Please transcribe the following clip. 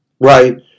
Right